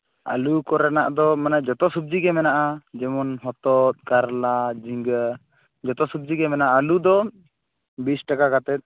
ᱟᱞᱩ ᱠᱚᱨᱮᱱᱟᱜ ᱫᱚ ᱢᱟᱱᱮ ᱡᱚᱛᱚ ᱥᱚᱵᱡᱤ ᱜᱮ ᱢᱮᱱᱟᱜᱼᱟ ᱡᱮᱢᱚᱱ ᱦᱚᱛᱚᱛ ᱠᱟᱨᱞᱟ ᱡᱷᱤᱸᱜᱟᱹ ᱡᱚᱛᱚ ᱥᱚᱵᱡᱤᱜᱮ ᱢᱮᱱᱟᱜᱼᱟ ᱟᱞᱩ ᱫᱚ ᱵᱤᱥ ᱴᱟᱠᱟ ᱠᱟᱛᱮᱫ